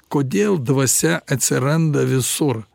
kodėl dvasia atsiranda visur